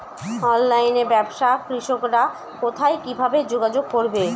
অনলাইনে ব্যবসায় কৃষকরা কোথায় কিভাবে যোগাযোগ করবে?